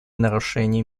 нарушений